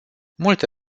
multe